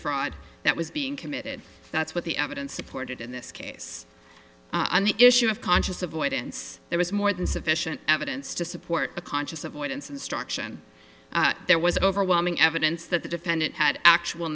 fraud that was being committed that's what the evidence supported in this case and the issue of conscious avoidance there was more than sufficient evidence to support a conscious avoidance instruction there was overwhelming evidence that the defendant had actual